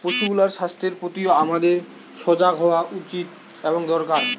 পশুগুলার স্বাস্থ্যের প্রতিও আমাদের সজাগ হওয়া উচিত এবং দরকার